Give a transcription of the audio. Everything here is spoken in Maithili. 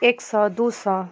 एक सओ दुइ सओ